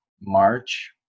March